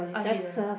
oh she don't ah